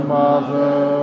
mother